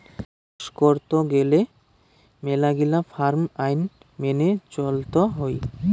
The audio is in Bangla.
চাস করত গেলে মেলাগিলা ফার্ম আইন মেনে চলত হই